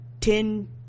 ten